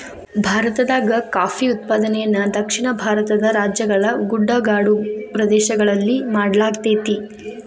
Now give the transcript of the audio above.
ಭಾರತದಾಗ ಕಾಫಿ ಉತ್ಪಾದನೆಯನ್ನ ದಕ್ಷಿಣ ಭಾರತದ ರಾಜ್ಯಗಳ ಗುಡ್ಡಗಾಡು ಪ್ರದೇಶಗಳಲ್ಲಿ ಮಾಡ್ಲಾಗತೇತಿ